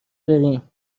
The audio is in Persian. بریم